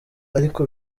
ariko